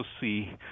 see